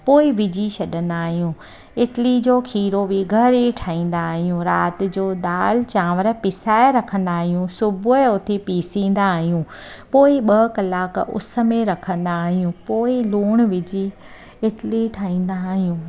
पोइ विझी छॾंदा आहियूं इटली जो खीरो बि घरु ई ठाहींदा आहियूं राति जो दालि चांवर पीसाए रखंदा आयूं सुबुह जो उथी पीसींदा आहियूं पोए ॿ कलाक उस में रखंदा आहियूं पोइ लूण विझी इटली ठाहींदा आहियूं